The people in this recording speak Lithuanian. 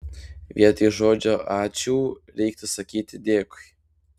vietoj žodžio ačiū reiktų sakyti dėkui